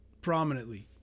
prominently